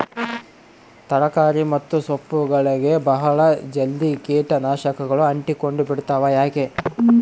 ತರಕಾರಿ ಮತ್ತು ಸೊಪ್ಪುಗಳಗೆ ಬಹಳ ಜಲ್ದಿ ಕೇಟ ನಾಶಕಗಳು ಅಂಟಿಕೊಂಡ ಬಿಡ್ತವಾ ಯಾಕೆ?